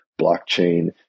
blockchain